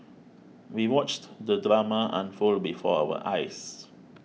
we watched the drama unfold before our eyes